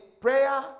prayer